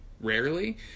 rarely